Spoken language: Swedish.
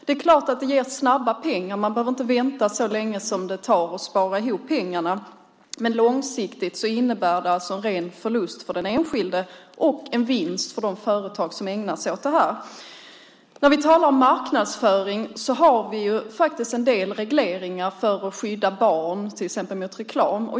Det är klart att det ger snabba pengar att låna, och man behöver inte vänta så länge som det tar att spara ihop pengarna. Dock innebär det långsiktigt en ren förlust för den enskilde och en vinst för de företag som ägnar sig åt detta. När det gäller marknadsföring har vi en del regleringar för att till exempel skydda barn mot reklam.